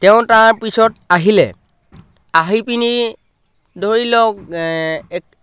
তেওঁ তাৰ পিছত আহিলে আহি পিনি ধৰি লওক এক